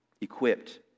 Equipped